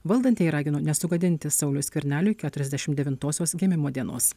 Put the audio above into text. valdantieji ragino nesugadinti sauliui skverneliui keturiasdešim devintosios gimimo dienos